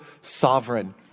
sovereign